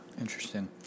interesting